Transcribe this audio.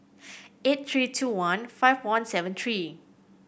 eight three two one five one seven three